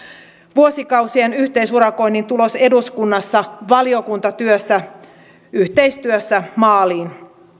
vuosikausien yhteisurakoinnin tulos eduskunnassa valiokuntatyössä yhteistyössä maaliin